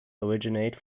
originate